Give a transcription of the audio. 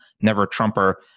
never-Trumper